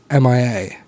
MIA